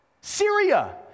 Syria